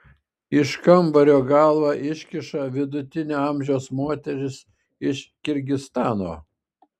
iš kambario galvą iškiša vidutinio amžiaus moteris iš kirgizstano